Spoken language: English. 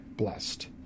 blessed